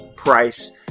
Price